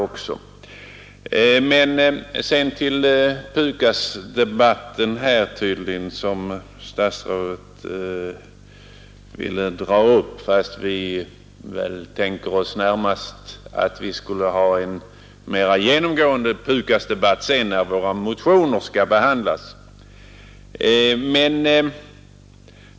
Sedan vill jag gå över till debatten om PUKAS, som statsrådet tydligen ville dra upp, fastän vi närmast tänkt oss att föra en mer genomgripande PUKAS-debatt senare, när våra motioner i ärendet skall behandlas av riksdagen.